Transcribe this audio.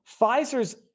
Pfizer's